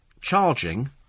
charging